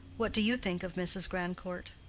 what do you think of mrs. grandcourt?